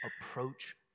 approach